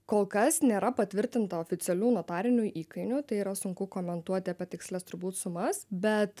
kol kas nėra patvirtinta oficialių notarinių įkainių tai yra sunku komentuoti apie tikslias turbūt sumas bet